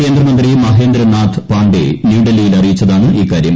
കേന്ദ്രമന്ത്രി മഹ്ദേന്ദ്രനാഥ് പാണ്ഡേ ന്യൂഡൽഹിയിൽ അറിയിച്ചതാണ് ഇക്കാര്യം